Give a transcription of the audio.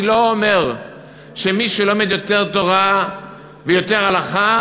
אני לא אומר שמי שלומד יותר תורה ויותר הלכה